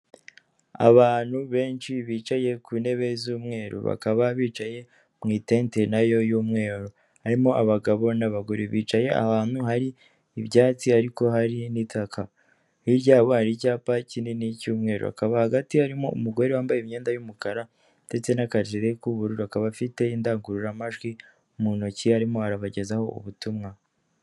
Abantu benshi bicaye ku ntebe z'umweru, bakaba bicaye mu itente na yo y'umweru, harimo abagabo n'abagore, bicaye ahantu hari ibyatsi ariko hari n'itaka, hirya yabo hari icyapa kinini cy'umweru, hakaba hagati harimo umugore wambaye imyenda y'umukara ndetse n'akajire k'ubururu, akaba afite indangururamajwi mu ntoki arimo arabagezaho ubutumwa.